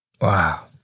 Wow